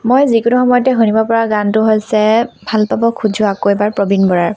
মই যিকোনো সময়তে শুনিব পৰা গানটো হৈছে ভাল পাব খোজোঁ আকৌ এবাৰ প্ৰবীণ বৰাৰ